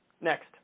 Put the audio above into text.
Next